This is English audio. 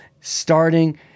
starting